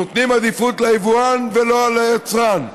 נותנים עדיפות ליבואן ולא ליצרן,